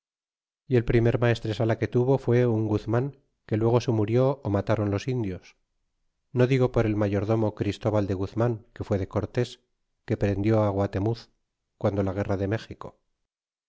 y el primer maestresala que tuvo fué un guzman que luego se murió ó matron indios no digo por el mayordomo christoval de guzrnan que fue de cortés quo prendió guatemuz guando la guerra de méxico